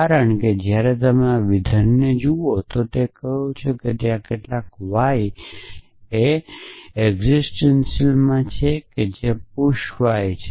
કારણ કે જ્યારે તમે આ વિધાનને જુઓ છો તો તે કહે છે કે ત્યાં કેટલાક y એકસીટેંટીયલમાં છે કે પુશ y છે